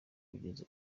kugeza